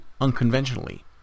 unconventionally